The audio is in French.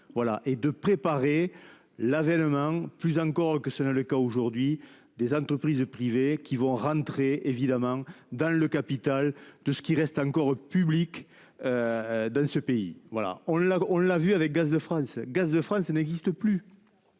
et de préparer l'avènement plus encore que selon le cas aujourd'hui des entreprises privées qui vont rentrer évidemment dans le capital de ce qui reste encore. Dans ce pays. Voilà on l'a on l'a vu avec Gaz de France, Gaz de France n'existe plus.